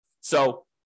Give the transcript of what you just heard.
So-